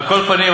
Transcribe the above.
אבדוק את זה.